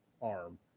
arm